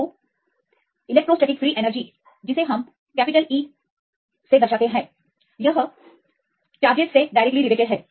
तो आप उपयोग कर सकते हैं E इन चार्जेस के उत्पाद के लिए आनुपातिक है